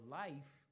life